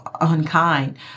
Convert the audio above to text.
unkind